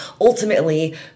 ultimately